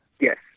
Yes